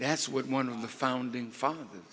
that's what one of the founding fathers